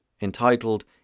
entitled